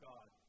God